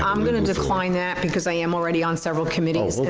um gonna decline that because i am already on several committees,